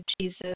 Jesus